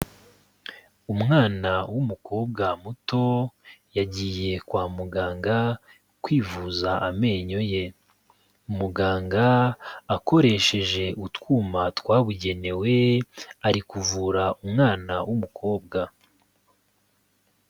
Umwana w'umukobwa muto yagiye kwa muganga kwivuza amenyo ye, muganga akoresheje utwuma twabugenewe ari kuvura umwana w'umukobwa.